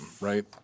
right